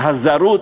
הזרות,